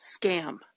scam